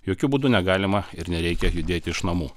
jokiu būdu negalima ir nereikia judėti iš namų